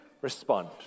respond